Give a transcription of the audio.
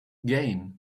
gain